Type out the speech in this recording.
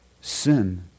sin